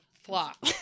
Flop